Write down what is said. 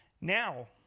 Now